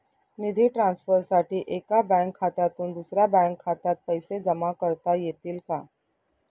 निधी ट्रान्सफरसाठी एका बँक खात्यातून दुसऱ्या बँक खात्यात पैसे जमा करता येतील का?